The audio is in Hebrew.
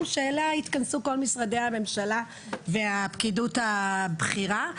שאליה יתכנסו כל משרדי הממשלה והפקידות הבכירה.